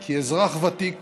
כי אזרח ותיק